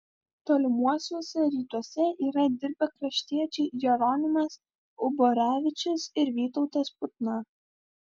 tolimuosiuose rytuose yra dirbę kraštiečiai jeronimas uborevičius ir vytautas putna